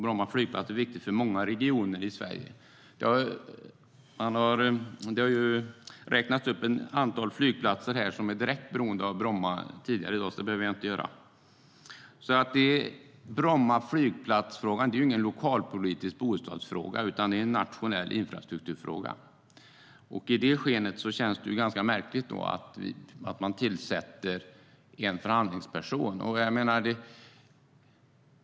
Bromma flygplats är viktig för många regioner i Sverige. Det har tidigare i dag räknats upp ett antal flygplatser som är direkt beroende av Bromma, så det behöver jag inte göra.I det skenet känns det ganska märkligt att man tillsätter en förhandlingsperson.